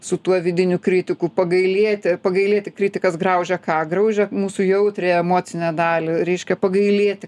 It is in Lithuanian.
su tuo vidiniu kritiku pagailėti pagailėti kritikas graužia ką graužia mūsų jautriąją emocinę dalį reiškia pagailėti